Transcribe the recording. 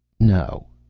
no.